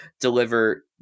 deliver